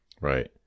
Right